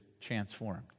transformed